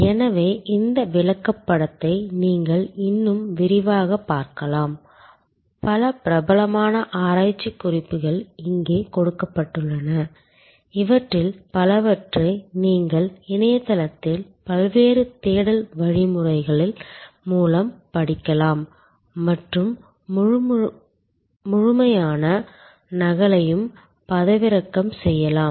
எனவே இந்த விளக்கப்படத்தை நீங்கள் இன்னும் விரிவாகப் பார்க்கலாம் பல பிரபலமான ஆராய்ச்சிக் குறிப்புகள் இங்கே கொடுக்கப்பட்டுள்ளன இவற்றில் பலவற்றை நீங்கள் இணையத்தில் பல்வேறு தேடல் வழிமுறைகள் மூலம் படிக்கலாம் மற்றும் முழு முழுமையான நகலையும் பதிவிறக்கம் செய்யலாம்